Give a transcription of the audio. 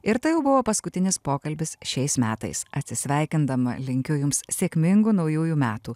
ir tai jau buvo paskutinis pokalbis šiais metais atsisveikindama linkiu jums sėkmingų naujųjų metų